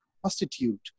prostitute